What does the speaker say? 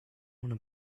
want